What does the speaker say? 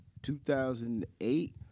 2008